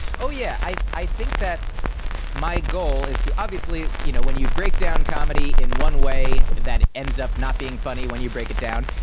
oh yeah, i, i think that my goal is to obviously, you know, when you break down comedy in one way, that ends up not being funny. when you break it down,